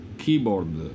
keyboard